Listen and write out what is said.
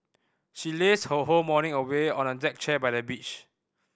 she lazed her whole morning away on a deck chair by the beach